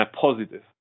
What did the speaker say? positive